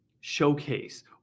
showcase